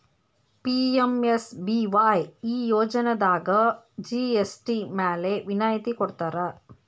PMSBY ಈ ಯೋಜನಾದಾಗ GST ಮ್ಯಾಲೆ ವಿನಾಯತಿ ಕೊಡ್ತಾರಾ